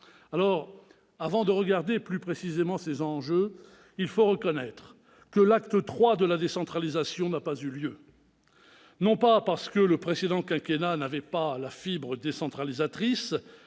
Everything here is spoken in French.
? Avant de regarder plus précisément ces enjeux, il faut reconnaître que l'acte III de la décentralisation n'a pas eu lieu. Non pas parce que le précédent quinquennat n'avait pas la fibre décentralisatrice-